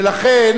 ולכן